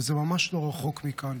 וזה ממש לא רחוק מכאן.